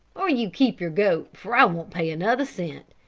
or you keep your goat for i won't pay another cent.